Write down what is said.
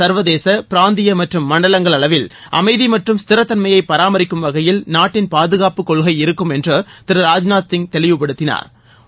சா்வதேச பிராந்திய மற்றும் மண்டலங்கள் அளவில் அமைதி மற்றும் ஸ்தரத்தன்மையை பராமரிக்கும் வகையில் நாட்டின் பாதுகாப்பு கொள்கை இருக்கும் என்று திரு ராஜ்நாத் சிங் தெளிவுப்படுத்தினாா்